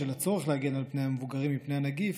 בשל הצורך להגן על המבוגרים מפני הנגיף,